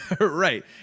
Right